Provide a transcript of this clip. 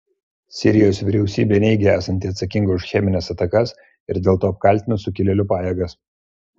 sirijos vyriausybė neigia esanti atsakinga už chemines atakas ir dėl to apkaltino sukilėlių pajėgas